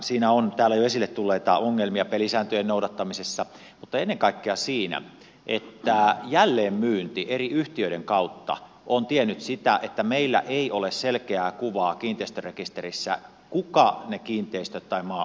siinä on täällä jo esille tulleita ongelmia pelisääntöjen noudattamisessa mutta ennen kaikkea siinä että jälleenmyynti eri yhtiöiden kautta on tiennyt sitä että meillä ei ole selkeää kuvaa kiinteistörekisterissä kuka ne kiinteistöt tai maa alueet omistaa